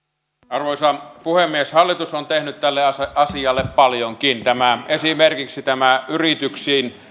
arvoisa puhemies hallitus on tehnyt tälle asialle paljonkin esimerkiksi tämä yrityksille